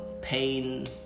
pain